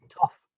Tough